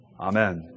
Amen